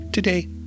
Today